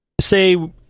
say